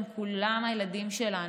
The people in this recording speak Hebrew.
הם כולם הילדים שלנו,